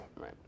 right